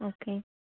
okay